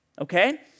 okay